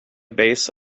base